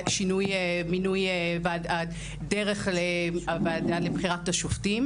ושינוי דרך הוועדה לבחירת שופטים.